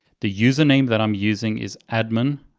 the username that i'm using is admin.